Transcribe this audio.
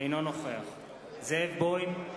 אינו נוכח זאב בוים,